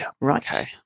Right